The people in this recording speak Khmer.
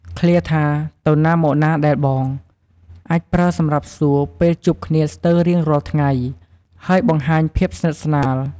ឃ្លាថា "ទៅណាមកណាដែរបង?" អាចប្រើសម្រាប់សួរពេលជួបគ្នាស្ទើររៀងរាល់ថ្ងៃ ហើយបង្ហាញភាពស្និទ្ធស្នាល។។